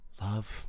love